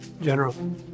General